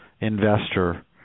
investor